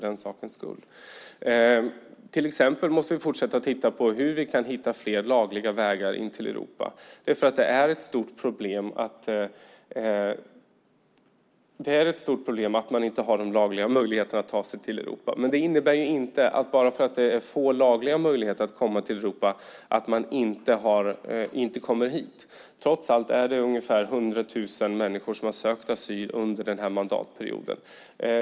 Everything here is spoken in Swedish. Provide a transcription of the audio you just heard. Vi måste till exempel fortsätta titta på hur vi kan hitta fler lagliga vägar in till Europa därför att det är ett stort problem att människor inte har lagliga möjligheter att ta sig till Europa. Men bara för att det finns få lagliga möjligheter för människor att komma till Europa innebär det inte att de inte kommer hit. Trots allt är det ungefär 100 000 människor som har sökt asyl under denna mandatperiod.